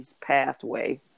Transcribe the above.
pathway